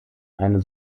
eine